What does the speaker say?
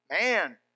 man